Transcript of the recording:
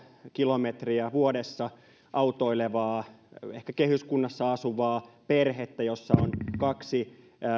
kilometriä vuodessa autoilevaa ehkä kehyskunnassa asuvaa perhettä jossa on kaksi